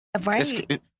right